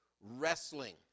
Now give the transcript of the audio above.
wrestling